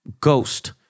Ghost